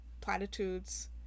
platitudes